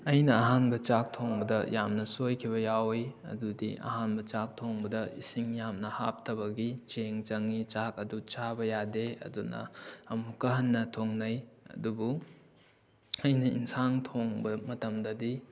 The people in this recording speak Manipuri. ꯑꯩꯅ ꯑꯍꯥꯟꯕ ꯆꯥꯛ ꯊꯣꯡꯕꯗ ꯌꯥꯝꯅ ꯁꯣꯏꯈꯤꯕ ꯌꯥꯎꯏ ꯑꯗꯨꯗꯤ ꯑꯍꯥꯟꯕ ꯆꯥꯛ ꯊꯣꯡꯕꯗ ꯏꯁꯤꯡ ꯌꯥꯝꯅ ꯍꯥꯞꯇꯕꯒꯤ ꯆꯦꯡ ꯆꯪꯏ ꯆꯥꯛ ꯑꯗꯨ ꯆꯥꯕ ꯌꯥꯗꯦ ꯑꯗꯨꯅ ꯑꯃꯨꯛꯀ ꯍꯟꯅ ꯊꯣꯡꯅꯩ ꯑꯗꯨꯕꯨ ꯑꯩꯅ ꯑꯦꯟꯁꯥꯡ ꯊꯣꯡꯕ ꯃꯇꯝꯗꯗꯤ